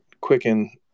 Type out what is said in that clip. Quicken